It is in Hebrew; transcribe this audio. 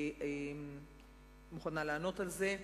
אני מוכנה לענות על זה.